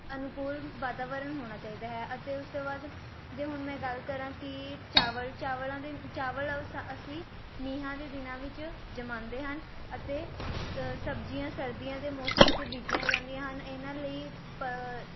ਅਨੁਕੂਲ ਵਾਤਾਵਰਨ ਹੋਣਾ ਚਾਹੀਦਾ ਹੈ ਅਤੇ ਉਸ ਤੋਂ ਬਾਅਦ ਜੇ ਹੁਣ ਮੈਂ ਗੱਲ ਕਰਾਂ ਕਿ ਚਾਵਲ ਚਾਵਲਾਂ ਦੇ ਚਾਵਲ ਅਸਾਂ ਅਸੀਂ ਮੀਹਾਂ ਦੇ ਦਿਨਾਂ ਵਿੱਚ ਜਮਾਂਦੇ ਹਨ ਅਤੇ ਸਬਜ਼ੀਆਂ ਸਰਦੀਆਂ ਦੇ ਮੌਸਮ 'ਚ ਬੀਜੀਆਂ ਜਾਂਦੀਆਂ ਹਨ ਇਹਨਾਂ ਲਈ ਪ